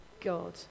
God